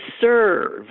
serve